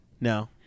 No